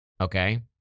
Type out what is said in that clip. Okay